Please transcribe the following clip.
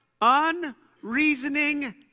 unreasoning